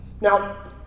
Now